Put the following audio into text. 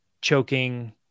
choking